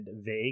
vague